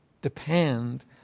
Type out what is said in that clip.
depend